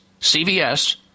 CVS